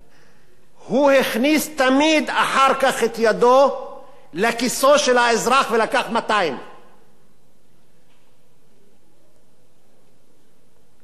הוא הכניס תמיד אחר כך את ידו לכיסו של האזרח ולקח 200. תמיד.